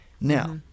Now